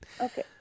Okay